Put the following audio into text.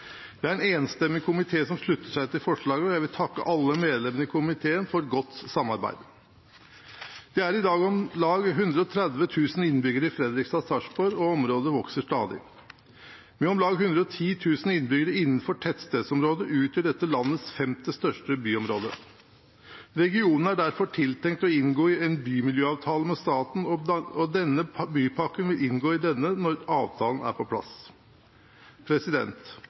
Det er en enstemmig komité som slutter seg til forslaget, og jeg vil takke alle medlemmene i komiteen for godt samarbeid. Det er i dag om lag 130 000 innbyggere i Fredrikstad og Sarpsborg, og området vokser stadig. Med om lag 110 000 innbyggere innenfor tettstedsområdet, utgjør dette landets femte største byområde. Det er derfor tenkt at regionen skal inngå en bymiljøavtale med staten, og denne bypakken vil inngå i denne når avtalene er på plass.